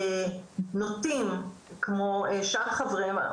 נוטים כמו שאר חבריהם,